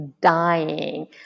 dying